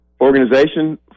organization